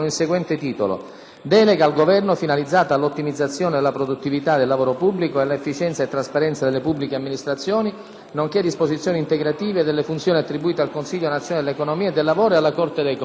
«Delega al Governo finalizzata all'ottimizzazione della produttività del lavoro pubblico e alla efficienza e trasparenza delle pubbliche amministrazioni nonché disposizioni integrative delle funzioni attribuite al Consiglio nazionale dell'economia e del lavoro e alla Corte dei conti»,